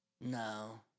No